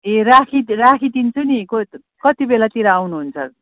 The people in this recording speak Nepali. ए राखी राखिदिन्छु नि क कति बेलातिर आउनुहुन्छ